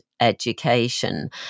education